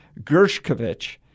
Gershkovich